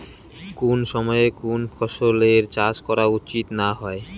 কুন সময়ে কুন ফসলের চাষ করা উচিৎ না হয়?